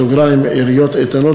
128) (עיריות איתנות),